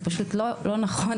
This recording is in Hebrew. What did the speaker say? זה פשוט לא נכון,